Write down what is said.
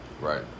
Right